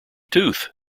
tooth